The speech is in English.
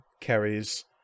carries